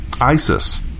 Isis